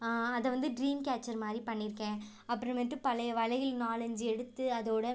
அதை வந்து dream catcher மாதிரி பண்ணிருக்கேன் அப்புறமேட்டு பழைய வளையல் நாலஞ்சு எடுத்து அதோடய